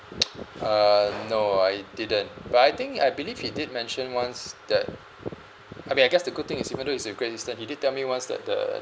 uh no I didn't but I think I believe he did mention once that I mean I guess the good thing is even though he's a Great Eastern he did tell me once that the